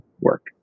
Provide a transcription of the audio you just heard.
work